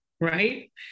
right